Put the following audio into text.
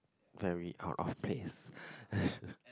very out of place